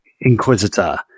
inquisitor